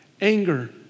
Anger